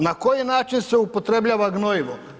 Na koji način se upotrebljava gnojivo?